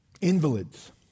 Invalids